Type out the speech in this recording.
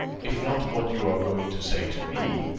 if not what you are going to say to me,